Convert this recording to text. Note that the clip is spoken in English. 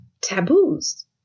taboos